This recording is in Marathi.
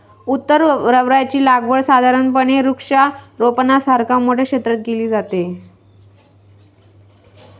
उत्तर रबराची लागवड साधारणपणे वृक्षारोपणासारख्या मोठ्या क्षेत्रात केली जाते